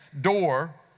door